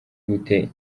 gute